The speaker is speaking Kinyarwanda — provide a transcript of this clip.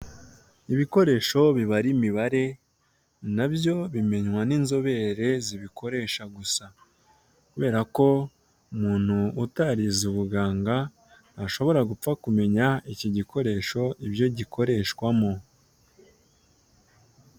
Ibikoresho bibara imibare nabyo bimenkwa n'inzobere zibikoresha gusa, kubera ko umuntu utarize ubuganga ntashobora gupfa kumenya ikigikoresho ibyo gikoreshwamo.